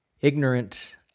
ignorant